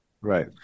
Right